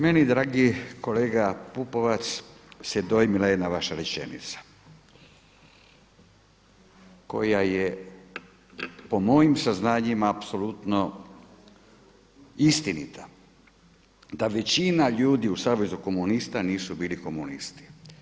Mene dragi kolega Pupovac se dojmila jedna vaša rečenica koja je po mojim saznanjima apsolutno istinita, da većina ljudi u Savezu komunista nisu bili komunisti.